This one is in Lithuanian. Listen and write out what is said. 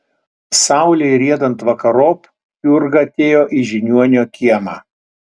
saulei riedant vakarop jurga atėjo į žiniuonio kiemą